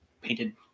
painted